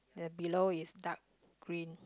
the below is dark green